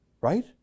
right